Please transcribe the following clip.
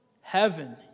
Heaven